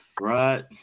right